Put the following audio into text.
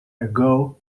ago